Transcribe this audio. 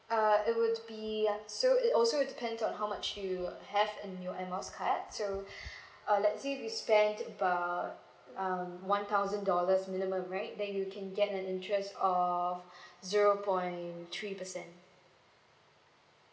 uh it would be so it also depends on how much you have in your air miles card so uh let's say you spent about um one thousand dollars minimum right then you can get an interest of zero point three percent